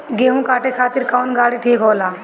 गेहूं काटे खातिर कौन गाड़ी ठीक होला?